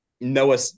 Noah